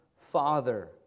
Father